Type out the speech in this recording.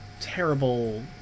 terrible